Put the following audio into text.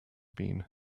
been